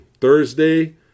Thursday